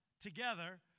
together